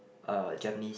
uh Japanese